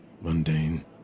mundane